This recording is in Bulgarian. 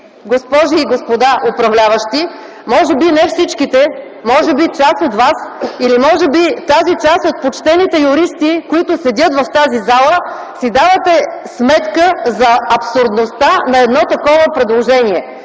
госпожи и господа управляващи, може би не всичките, може би част от вас или може би тази част от почтените юристи, които седят в тази зала, си давате сметка за абсурдността на едно такова предложение,